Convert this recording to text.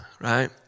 right